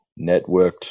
networked